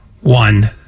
one